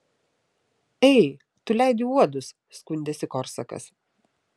ei tu leidi uodus skundėsi korsakas